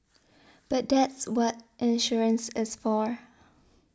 but that's what insurance is for